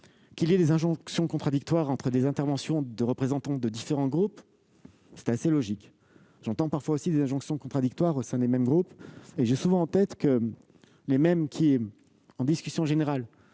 Que des injonctions contradictoires trouvent à s'exprimer entre les interventions de représentants de différents groupes, c'est assez logique. J'entends parfois aussi des injonctions contradictoires au sein des mêmes groupes, et j'ai souvent constaté que les mêmes qui, en discussion générale,